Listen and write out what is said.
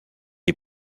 est